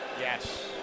Yes